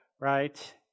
right